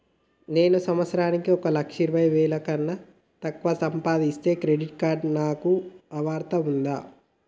నేను సంవత్సరానికి ఒక లక్ష ఇరవై వేల కన్నా తక్కువ సంపాదిస్తే క్రెడిట్ కార్డ్ కు నాకు అర్హత ఉందా?